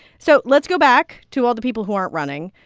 so let's go back to all the people who aren't running.